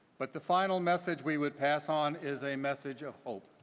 but the final message we would pass on is a message of hope.